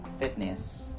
fitness